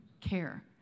care